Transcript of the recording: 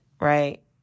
right